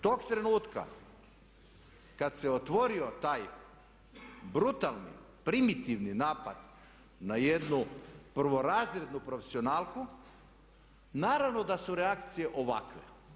Tog trenutka kad se otvorio taj brutalni, primitivni napad na jednu prvorazrednu profesionalku, naravno da su reakcije ovakve.